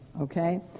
Okay